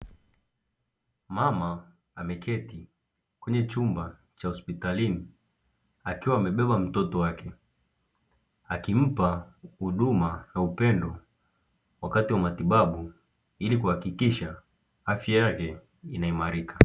Mama ameketi kwenye chumba cha hospitalini akiwa amebeba mtoto wake akimpa huduma ya upendo, wakati wa matibabu ili kuhakikisha afya yake inaimarika.